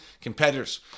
competitors